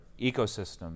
ecosystem